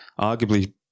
Arguably